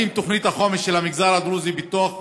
האם תוכנית החומש של המגזר הדרוזי היא מתוך